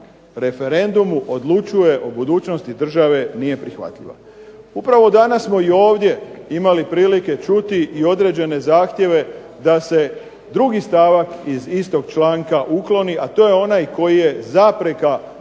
referendumu odlučuje o budućnosti države nije prihvatljivo. Upravo danas smo i ovdje imali prilike čuti i određene zahtjeve da se drugi stavak iz istog članka ukloni, a to je onaj koji je zapreka